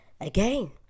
Again